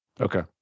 Okay